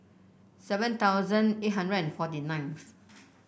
seven thousand eight hundred and forty ninth